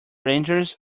ranges